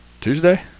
Tuesday